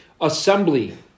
assembly